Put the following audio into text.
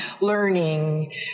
learning